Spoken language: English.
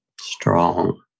Strong